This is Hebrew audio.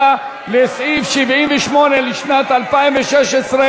סעיף 78 לשנת 2016,